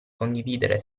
condividere